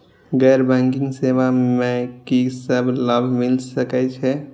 गैर बैंकिंग सेवा मैं कि सब लाभ मिल सकै ये?